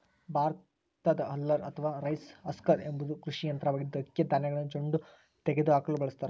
ಭತ್ತದ ಹಲ್ಲರ್ ಅಥವಾ rice husker ಎಂಬುದು ಕೃಷಿ ಯಂತ್ರವಾಗಿದ್ದು, ಅಕ್ಕಿಯ ಧಾನ್ಯಗಳ ಜೊಂಡು ತೆಗೆದುಹಾಕಲು ಬಳಸತಾರ